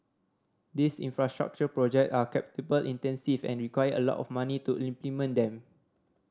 these infrastructure project are intensive and require a lot of money to implement them